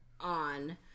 on